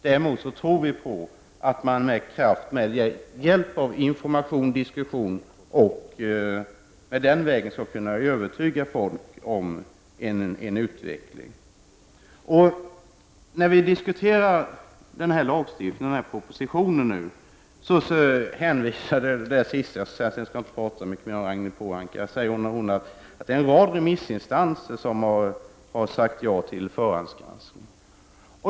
Däremot tror vi att man med hjälp av information och diskussioner skall kunna övertyga folk. Ragnhild Pohanka hänvisade till att en rad remissinstanser har sagt ja till förhandsgranskning.